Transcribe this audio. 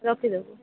ରଖିଦେବୁ